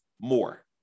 more